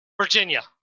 Virginia